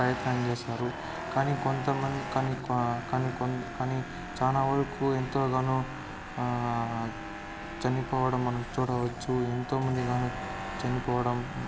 ప్రయత్నం చేశారు కానీ కొంతమంది కానీ కొ కానీ కొ కానీ చాలా వరకు ఎంతగానో చనిపోవడం మనం చూడవచ్చు ఎంతోమంది గాను చనిపోవడం